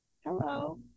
hello